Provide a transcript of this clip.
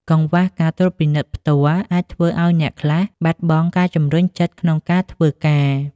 កង្វះការត្រួតពិនិត្យផ្ទាល់ អាចធ្វើឱ្យអ្នកខ្លះបាត់បង់ការជំរុញចិត្តក្នុងការធ្វើការ។